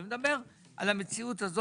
אני מדבר על המציאות הזו.